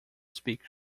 speak